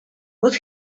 what